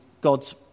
God's